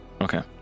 Okay